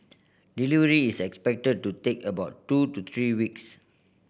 delivery is expected to take about two to three weeks